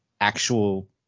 actual